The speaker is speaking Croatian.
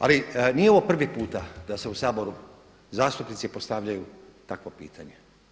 Ali nije ovo prvi puta da se u Saboru, zastupnici postavljaju takvo pitanje.